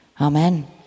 Amen